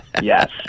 yes